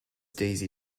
daisy